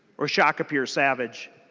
were shakopee or savage.